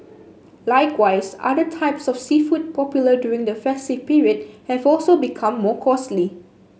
likewise other types of seafood popular during the festive period have also become more costly